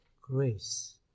grace